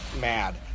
mad